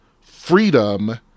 freedom